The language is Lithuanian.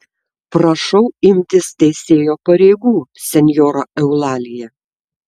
prašau imtis teisėjo pareigų senjora eulalija